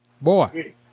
Boy